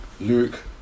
Luke